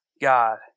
God